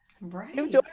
right